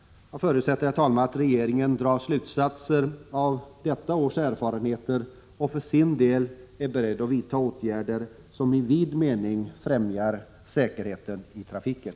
Jag förutsätter, herr talman, att regeringen drar slutsatser av detta års erfarenheter och för sin del är beredd att vidta åtgärder som i vid mening främjar säkerheten i trafiken.